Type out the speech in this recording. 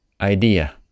idea